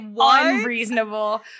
unreasonable